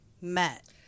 met